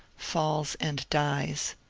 falls, and dies.